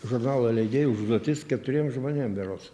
žurnalo leidėjo užduotis keturiem žmonėm berods